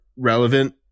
relevant